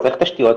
צריך תשתיות,